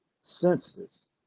senses